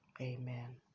amen